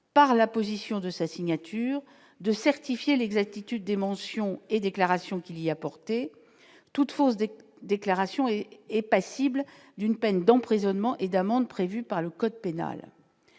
par la position de sa signature de certifier l'exactitude des mentions et déclarations qu'il y a porté toute force de déclaration et est passible d'une peine d'emprisonnement et d'amendes prévues par le code pénal,